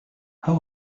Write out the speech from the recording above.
how